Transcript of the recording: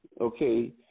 Okay